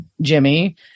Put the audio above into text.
Jimmy